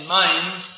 mind